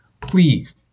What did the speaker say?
please